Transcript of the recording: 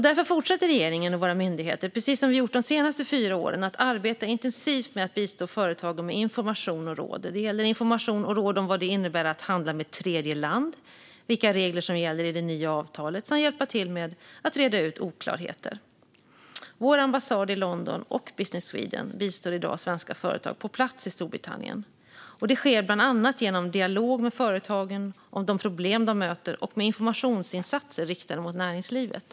Därför fortsätter regeringen och våra myndigheter, precis som vi gjort de senaste fyra åren, att arbeta intensivt med att bistå företagen med information och råd om vad det innebär att handla med tredje land och vilka regler som gäller i det nya avtalet samt hjälpa till med att reda ut oklarheter. Vår ambassad i London och Business Sweden bistår i dag svenska företag på plats i Storbritannien. Det sker bland annat genom dialog med företagen om de problem de möter och genom informationsinsatser riktade mot näringslivet.